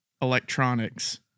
electronics